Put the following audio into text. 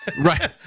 right